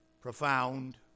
profound